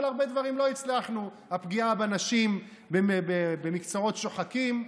אבל הרבה דברים לא הצלחנו: הפגיעה בנשים במקצועות שוחקים,